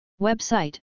Website